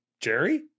Jerry